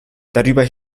darüber